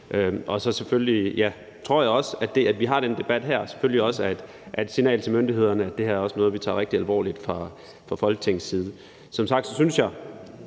Og så tror jeg også, at det, at vi har den her debat, selvfølgelig er et signal til myndighederne om, at det her er noget, vi også tager rigtig alvorligt fra Folketingets side. Som sagt synes jeg,